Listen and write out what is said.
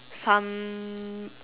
some